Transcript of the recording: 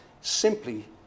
simply